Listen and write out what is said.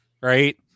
right